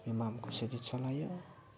यो माम कसरी चलायो